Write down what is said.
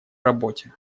работе